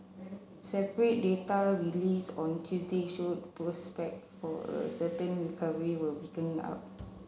separate data released on Tuesday showed prospect for a sustained recovery were picking up